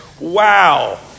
Wow